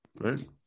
right